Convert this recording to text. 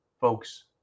folks